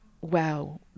wow